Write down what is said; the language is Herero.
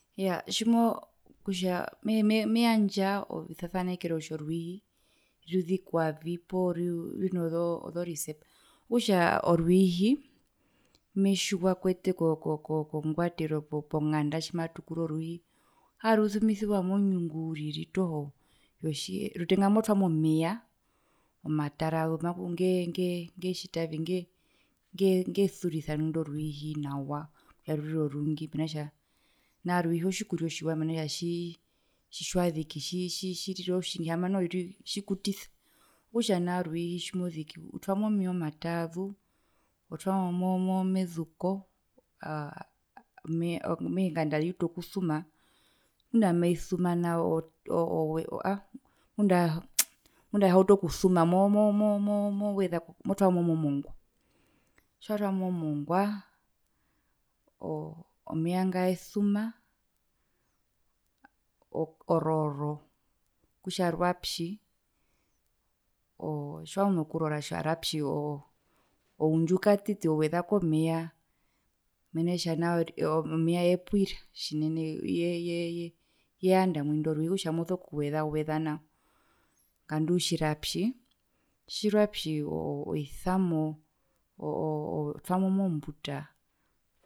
Iyaa tjimoo kutja mehee me me meyandja ovisasanekero kutja orwiihi ruzikwavi poo ru runo runozorecipe okutja orwihii tjimetjiwa kwete ko kongwatero ponganda tjimatukuru orwiihi aarusumisiwa monyungu uriri toho yotjihe rutenga motwamo miiya oamatarazu maku onge onge onge tjitavi ongesurisa indo rwiihi nawa kutja rurire orungi mena rokutja nao rwiihi otjikuria otjiwa mena kutja tjii tjiwaziki tji tji tji tjirira otjingi haamba noho tjikutisa okutja nao rwiihi tjimoziki utwamo meya omataazu otwamo mo mo mezuko mehee ngayeutu okusuma ngunda amaisuma nao oo oo oweza aaaa ngunda aihiyauta okusuma mo mo mo weza motwamo mongwa tjiwatwamo mongwa omeya nga aesuma ororo kutja rwapi tjiwazu nokurora kutja rwapyi oundju katiti oweza komeya mena kutja nao omeya yepwira tjinene ye ye ye yanda mwindo rwiihi okutja moso kuwesa wesa nao ngandu tjirappyi tjirapyi oisamo oo oo otwamo mbuta.